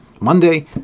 Monday